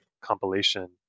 compilation